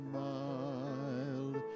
mild